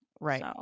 Right